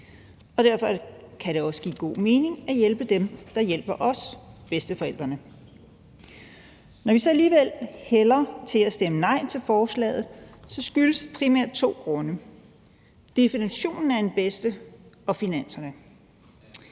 Og derfor kan det også give god mening at hjælpe dem, der hjælper os, nemlig bedsteforældrene. Når vi så alligevel hælder til at stemme nej til forslaget, skyldes det primært to ting: definitionen af en bedste og finanserne.